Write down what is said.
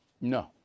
No